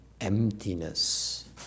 emptiness